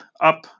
up